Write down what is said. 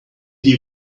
you